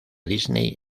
disney